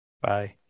bye